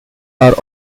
are